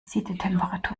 siedetemperatur